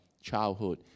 childhood